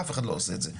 אף אחד לא עושה את זה.